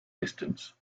distance